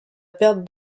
perte